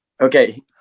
Okay